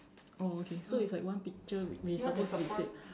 oh okay so it's like one picture we we supposed to be said